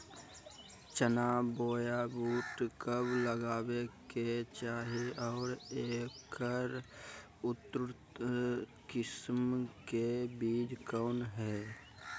चना बोया बुट कब लगावे के चाही और ऐकर उन्नत किस्म के बिज कौन है?